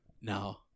No